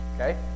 Okay